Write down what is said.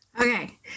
Okay